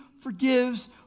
forgives